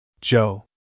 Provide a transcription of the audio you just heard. Joe